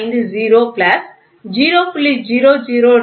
950 plus 0